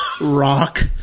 rock